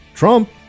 Trump